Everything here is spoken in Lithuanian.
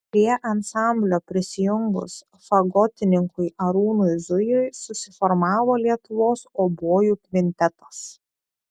prie ansamblio prisijungus fagotininkui arūnui zujui susiformavo lietuvos obojų kvintetas